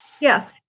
Yes